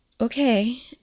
Okay